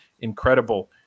incredible